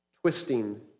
twisting